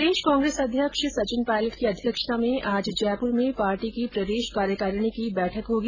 प्रदेश कांग्रेस अध्यक्ष सचिन पायलट की अध्यक्षता में आज जयपुर में पार्टी की प्रदेश कार्यकारिणी की बैठक होगी